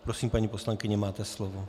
Prosím, paní poslankyně, máte slovo.